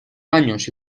baños